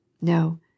No